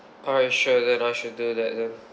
alright sure then I should do that then